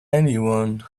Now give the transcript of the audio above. anyone